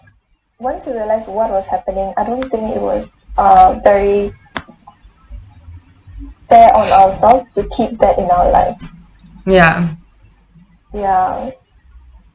ya